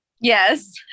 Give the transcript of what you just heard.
Yes